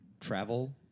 travel